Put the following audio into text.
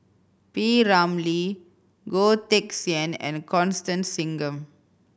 P Ramlee Goh Teck Sian and Constance Singam